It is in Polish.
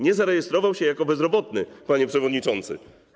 Nie zarejestrował się jako bezrobotny, panie przewodniczący.